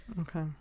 okay